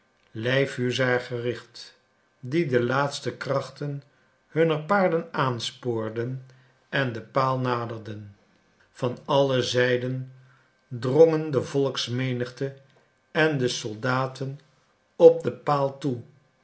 lijfhuzaar gericht die de laatste krachten hunner paarden aanspoorden en den paal naderden van alle zijden drongen de volksmenigte en de soldaten op den paal toe